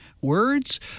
words